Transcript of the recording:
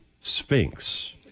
Sphinx